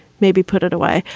maybe put it away.